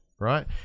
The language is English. right